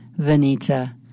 Venita